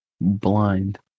blind